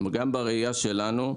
גם בראייה שלנו,